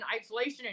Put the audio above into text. isolation